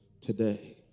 today